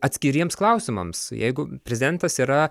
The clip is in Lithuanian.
atskiriems klausimams jeigu prezidentas yra